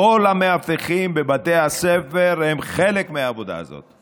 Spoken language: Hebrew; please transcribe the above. כל המאבטחים בבתי הספר הם חלק מהעבודה הזאת,